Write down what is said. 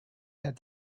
that